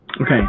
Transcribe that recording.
Okay